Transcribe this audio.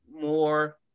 more